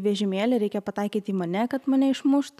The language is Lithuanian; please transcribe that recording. vežimėlį reikia pataikyt į mane kad mane išmušt